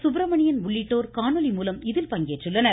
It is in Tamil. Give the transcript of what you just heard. சுப்பிரமணியன் உள்ளிட்டோர் காணொலி மூலம் இதில் பங்கேற்றுள்ளனர்